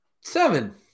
Seven